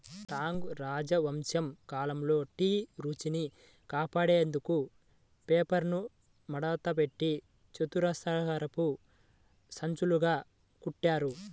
Tang రాజవంశం కాలంలో tea రుచిని కాపాడేందుకు పేపర్ను మడతపెట్టి చతురస్రాకారపు సంచులుగా కుట్టారు